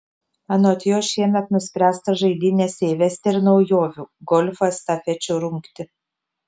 anot jos šiemet nuspręsta žaidynėse įvesti ir naujovių golfo estafečių rungtį